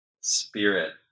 spirit